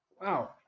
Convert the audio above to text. Wow